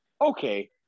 okay